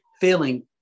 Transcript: feeling